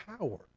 power